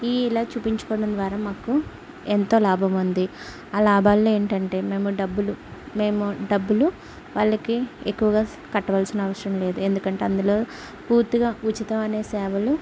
ఈ ఇలా చూపించుకోవడం ద్వారా మాకు ఎంతో లాభం ఉంది ఆ లాభాలు ఏంటంటే మేము డబ్బులు మేము డబ్బులు వాళ్ళకి ఎక్కువగా కట్టవలసిన అవసరం లేదు ఎందుకంటే అందులో పూర్తిగా ఉచితం అనే సేవలు